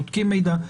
בודקים מידע.